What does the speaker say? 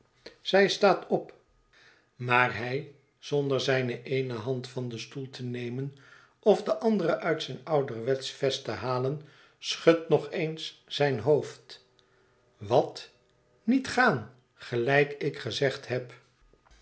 zij staat op maar hij zonder zijne eene hand van den stoel te nemen of de andere uit zijn ouderwetsch vest te halen schudt nog eens zijn hoofd wat niet gaan gelijk ik gezegd heb